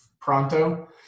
pronto